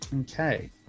Okay